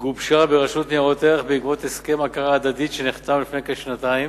גובשה ברשות לניירות ערך בעקבות הסכם הכרה הדדית שנחתם לפני כשנתיים